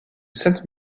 sainte